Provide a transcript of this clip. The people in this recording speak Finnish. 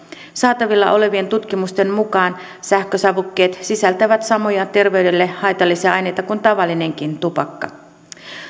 saatavilla olevien tutkimusten mukaan sähkösavukkeet sisältävät samoja terveydelle haitallisia aineita kuin tavallinenkin tupakka